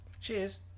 Cheers